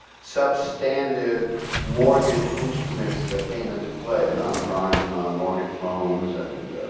sub standard mortgage instruments that came into play. and non-prime mortgage loans and